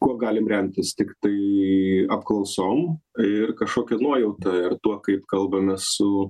kuo galim remtis tiktai apklausom ir kažkokia nuojauta ir tuo kaip kalbame su